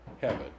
heaven